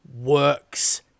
works